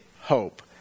hope